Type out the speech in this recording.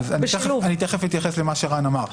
אני תכף אתייחס למה שרן אמר.